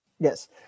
Yes